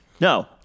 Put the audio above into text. No